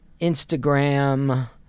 Instagram